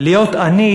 "להיות עני